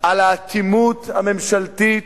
על האטימות הממשלתית,